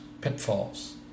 pitfalls